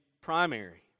primary